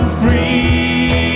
free